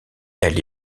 elle